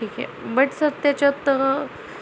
ठीक आहे but sir त्याच्यात